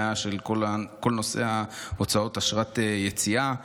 היה כל נושא הוצאות אשרת יציאה.